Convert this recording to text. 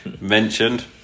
Mentioned